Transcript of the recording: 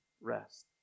rest